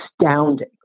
astounding